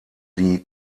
die